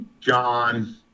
John